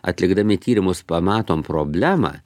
atlikdami tyrimus pamatom problemą